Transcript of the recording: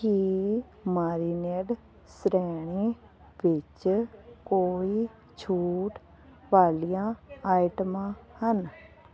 ਕੀ marinade ਸ਼੍ਰੇਣੀ ਵਿੱਚ ਕੋਈ ਛੂਟ ਵਾਲੀਆਂ ਆਈਟਮਾਂ ਹਨ